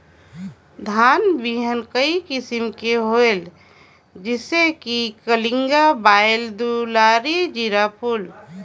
धान बिहान कई किसम के होयल जिसे कि कलिंगा, बाएल दुलारी, जीराफुल?